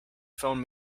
phone